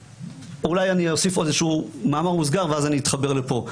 אולי אני אוסיף עוד איזשהו מאמר מוסגר ואז אני אתחבר לפה.